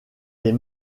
les